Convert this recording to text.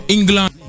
England